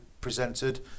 presented